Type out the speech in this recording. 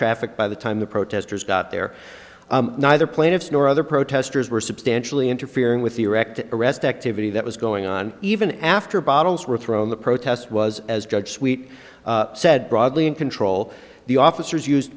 traffic by the time the protesters got there neither plaintiffs nor other protesters were substantially interfering with the wrecked arrest activity that was going on even after bottles were thrown the protest was as judge sweet said broadly in control the officers used